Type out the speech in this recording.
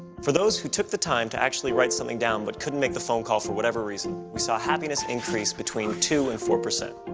for those who took the time to actually write something down but couldn't make the phone call for whatever reason we saw happiness increase between two and four percent.